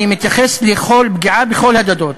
אני מתייחס לכל פגיעה בכל הדתות,